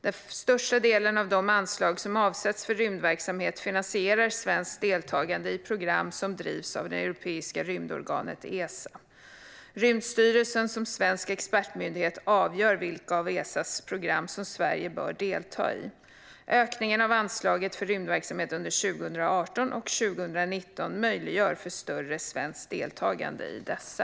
Den största delen av de anslag som avsätts för rymdverksamhet finansierar svenskt deltagande i program som drivs av Europeiska rymdorganisationen Esa. Rymdstyrelsen som svensk expertmyndighet avgör vilka av Esas program som Sverige bör delta i. Ökningen av anslaget för rymdverksamhet under 2018 och 2019 möjliggör för större svenskt deltagande i dessa.